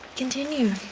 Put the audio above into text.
continue.